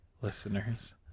listeners